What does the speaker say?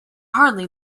hardly